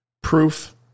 Proof